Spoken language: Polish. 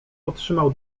otrzymał